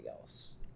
else